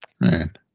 Man